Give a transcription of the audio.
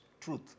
truth